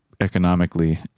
economically